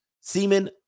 semen